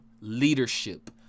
leadership